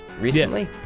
Recently